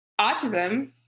autism